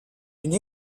une